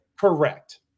Correct